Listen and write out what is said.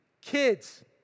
Kids